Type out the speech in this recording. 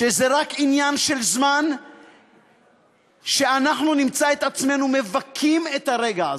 שזה רק עניין של זמן שאנחנו נמצא את עצמנו מבכים את הרגע הזה.